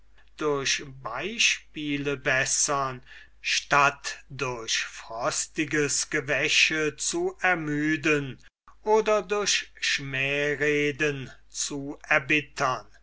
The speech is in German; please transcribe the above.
durch beispiele bessern statt durch frostiges gewäsche zu ermüden oder durch schmähreden zu erbittern